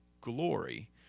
glory